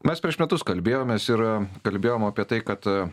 mes prieš metus kalbėjomės ir kalbėjom apie tai kad